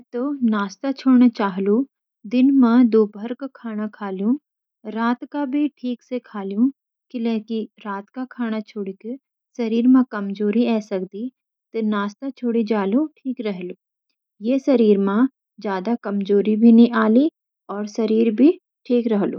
मैं तो नाश्ता छोड़णा चाहूंला। दिन में दोपहर का खाना खा ल्यूँ, रात का भी ठीक से खा ल्यूँ, किलकि रात का खाना छोड़ की शरीर मां कमजोरी ए सकदी त नाश्ता छोड़े जालु ठीक रहू ऐसी शरीर मां ज्यादा कमजोरी भी नि आली और शरीर भी ठीक रह लु।